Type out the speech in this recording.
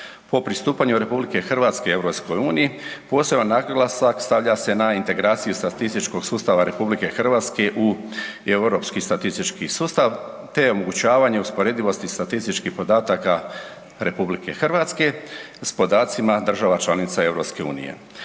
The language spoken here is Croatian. Po pristupanju RH EU poseban naglasak stavlja se na integraciju statističkog sustava RH u Europski statistički sustav te omogućavanje usporedivosti statističkih podataka RH s podacima država članica EU.